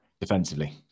defensively